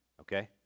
Okay